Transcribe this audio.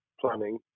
planning